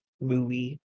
movie